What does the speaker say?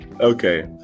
Okay